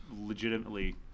legitimately